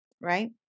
Right